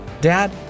Dad